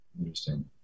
Interesting